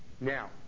Now